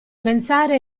pensare